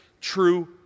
true